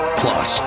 plus